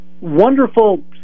wonderful